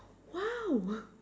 !wow!